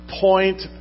point